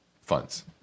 funds